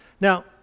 Now